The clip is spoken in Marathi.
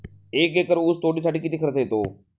एक एकर ऊस तोडणीसाठी किती खर्च येतो?